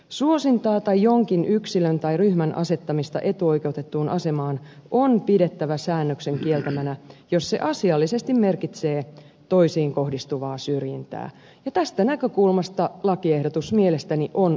suosintaa tai jonkun yksilön tai ryhmän asettamista etuoikeutettuun asemaan on pidettävä säännöksen kieltämänä jos se asiallisesti merkitsee toisiin kohdistuvaa syrjintää ja tästä näkökulmasta lakiehdotus mielestäni on ongelmallinen